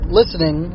listening